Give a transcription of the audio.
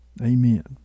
Amen